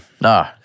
No